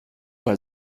bei